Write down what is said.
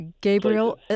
Gabriel